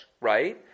right